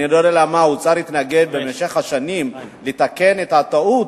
אני לא יודע למה האוצר התנגד במשך השנים לתקן את הטעות,